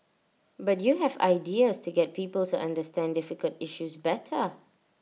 but you have ideas to get people to understand difficult issues better